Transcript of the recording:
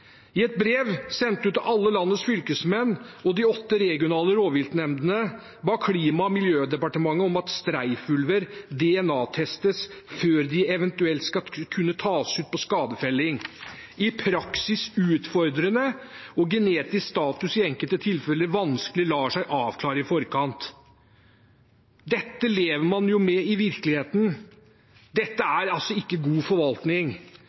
I et brev sendt ut til alle landets fylkesmenn og de åtte regionale rovviltnemndene ba Klima- og miljødepartementet om at streifulver DNA-testes før de eventuelt skal kunne tas ut på skadefelling. Det er i praksis utfordrende, og genetisk status lar seg i enkelte tilfeller vanskelig avklare i forkant. Dette lever man jo med i virkeligheten. Dette er altså ikke god forvaltning.